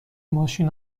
ماشین